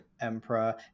Emperor